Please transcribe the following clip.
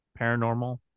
Paranormal